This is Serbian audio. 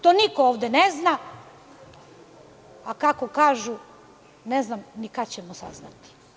To niko ovde ne zna, a kako kažu ne znam ni kad ćemo saznati?